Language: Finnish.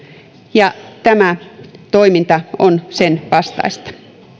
ja tämä toiminta on sen vastaista